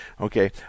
Okay